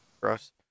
gross